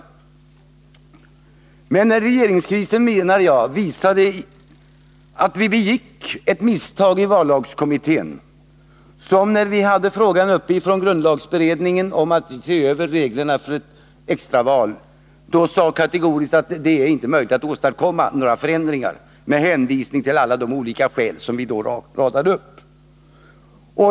Men jag menar att regeringskrisen visade att vi begick ett misstag i vallagskommittén när vi behandlade frågan — från grundlagsberedningen — om att se över reglerna för ett extraval. Vi sade kategoriskt att det inte är möjligt att åstadkomma några förändringar, med hänvisning till alla de olika skälsom vi då radade upp.